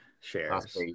shares